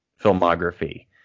filmography